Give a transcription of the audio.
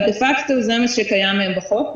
אבל דה-פאקטו, זה מה שקיים בחוק.